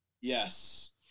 Yes